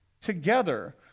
together